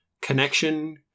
connection